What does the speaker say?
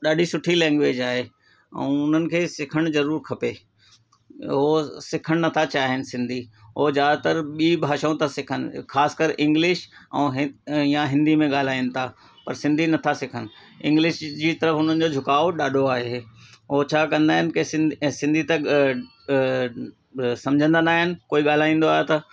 ॾाढी सुठी लैंग्वेज आहे उन्हनि खे सिखणु ज़रूरी खपे उहो सिखणु नथा चाहीनि सिंधी उहो ज्यादातर ॿी भाषाऊं था सिखनि ख़ासि कर इंग्लिश ऐं या हिंदी में ॻाल्हाइनि था पर सिंधी नथा सिखनि इंग्लिश जी त उन्हनि जो झुकाव ॾाढो आहे उहे छा कंदा आहिनि के सिंध सिंधी त सम्झंदा न आहिनि कोई ॻाल्हाईंदो आहे त